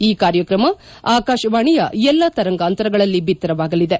ಈ ಕಾರ್ಯಕ್ರಮ ಆಕಾಶವಾಣಿಯ ಎಲ್ಲಾ ತರಂಗಾಂತರಗಳಲ್ಲಿ ಬಿತ್ತರವಾಗಲಿದೆ